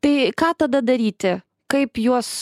tai ką tada daryti kaip juos